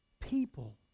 people